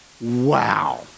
wow